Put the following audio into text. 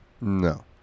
No